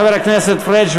חבר הכנסת פריג',